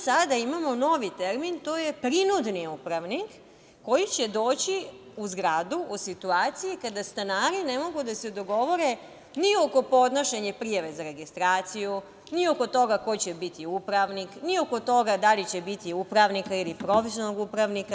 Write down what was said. Sada imamo novi termin, a to je prinudni upravnik, koji će doći u zgradu u situaciji kada stanari ne mogu da se dogovore ni oko podnošenja prijave za registraciju, ni oko toga ko će biti upravnik, ni oko toga da li će biti upravnika ili profesionalnog upravnika.